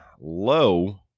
low